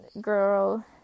girl